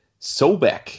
Sobek